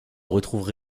retrouvent